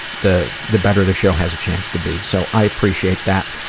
the the better the show has a chance to be, so i appreciate that.